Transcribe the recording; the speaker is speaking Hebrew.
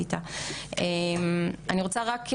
ואם זה הנושא של הרשתות החברתיות.